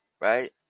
right